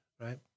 right